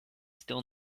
still